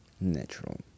natural